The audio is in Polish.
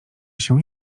się